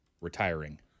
retiring